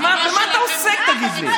במה אתה עוסק, תגיד לי?